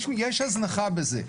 יש הזנחה בזה,